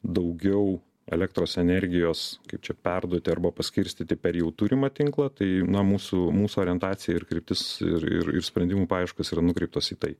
daugiau elektros energijos kaip čia perduoti arba paskirstyti per jau turimą tinklą tai na mūsų mūsų orientacija ir kryptis ir ir ir sprendimų paieškos yra nukreiptos į tai